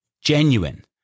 genuine